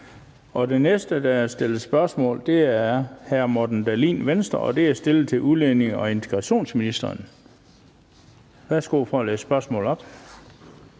Den næste, der har stillet spørgsmål, er hr. Morten Dahlin, Venstre, og det er stillet til udlændinge- og integrationsministeren. Kl. 16:53 Spm. nr.